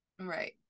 Right